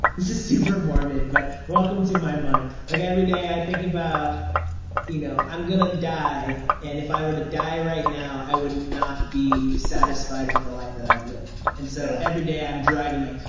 this is super morbid, but welcome to my mind. like everyday i think about you know i'm gonna die, and if i were to die right now, i would not be satisfied with the life that i've lived. and, so, every day i'm driving, like,